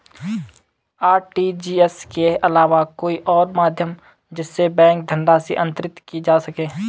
RTGS के अलावा कोई और माध्यम जिससे बैंक धनराशि अंतरित की जा सके?